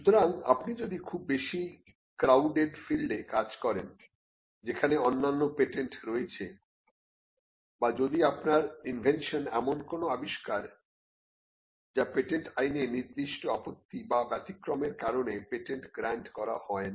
সুতরাং আপনি যদি খুব বেশি ক্রাউডেড ফিল্ডে কাজ করেন যেখানে অন্যান্য পেটেন্ট t রয়েছে বা যদি আপনার ইনভেনশন এমন কোন আবিষ্কার যা পেটেন্ট আইনে নির্দিষ্ট আপত্তি বা ব্যতিক্রমের কারণে পেটেন্ট গ্র্যান্ট করা হয় না